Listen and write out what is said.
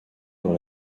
dans